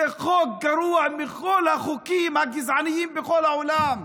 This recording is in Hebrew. זה חוק גרוע מכל החוקים הגזעניים בכל העולם.